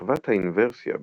שכבת האינוורסיה,